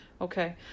Okay